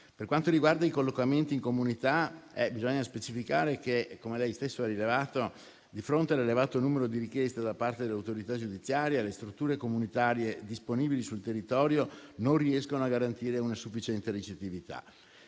Per quanto riguarda i collocamenti in comunità, bisogna specificare che, come lei stesso ha rilevato, di fronte all'elevato numero di richieste da parte dell'autorità giudiziaria, le strutture comunitarie disponibili sul territorio non riescono a garantire una sufficiente ricettività.